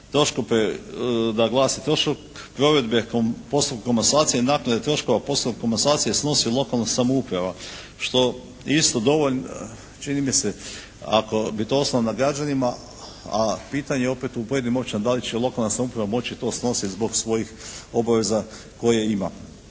članka, da glasi troškove provedbe postupka komasacije i naknade troškova poslova komasacije snosi lokalna samouprava što isto dovoljno čini mi se ako bi to ostalo na građanima a pitanje je opet u pojedinim općinama da li će lokalna samouprava moći to snositi zbog svojih obaveza koje ima.